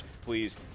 please